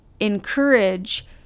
encourage